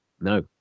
No